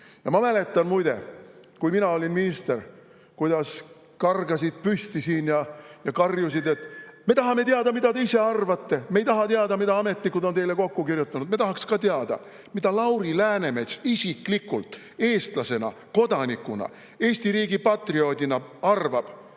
muide, kuidas siis, kui mina olin minister, siin püsti tõusti ja karjuti: "Me tahame teada, mida te ise arvate! Me ei taha teada, mida ametnikud on teile kokku kirjutanud!" Me tahaksime ka teada, mida Lauri Läänemets isiklikult eestlasena, kodanikuna, Eesti riigi patrioodina arvab,